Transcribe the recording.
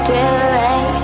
delay